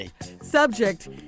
Subject